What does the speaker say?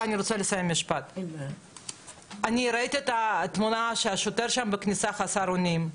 אני ראיתי את התמונה שהשוטר שם בכניסה חסר אונים.